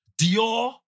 Dior